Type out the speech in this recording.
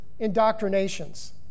indoctrinations